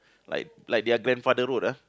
like like their grandfather road ah